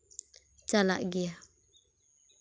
ᱪᱟᱞᱟᱜ ᱜᱮᱭᱟ